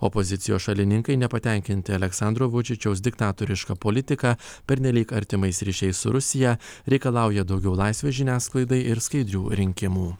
opozicijos šalininkai nepatenkinti aleksandro vučičiaus diktatoriška politika pernelyg artimais ryšiais su rusija reikalauja daugiau laisvės žiniasklaidai ir skaidrių rinkimų